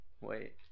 Wait